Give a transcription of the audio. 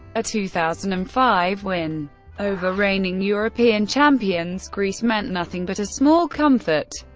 a two thousand and five win over reigning european champions greece meant nothing, but a small comfort.